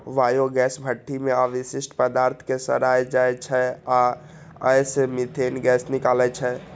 biogas भट्ठी मे अवशिष्ट पदार्थ कें सड़ाएल जाइ छै आ अय सं मीथेन गैस निकलै छै